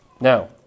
Now